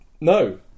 no